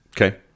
Okay